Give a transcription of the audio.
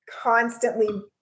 constantly